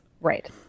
Right